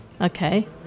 Okay